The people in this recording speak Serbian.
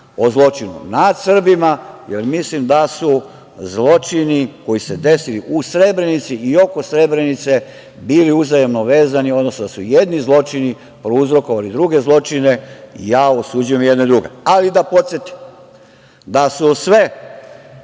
o zločinu nad Srbima, jer mislim da su zločini koji su se desili u Srebrenici i oko Srebrenice bili uzajamno vezani, odnosno da su jedni zločini prouzrokovali druge zločine. Ja osuđujem i jedne i druge. Ali da podsetim da su sve